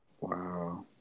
Wow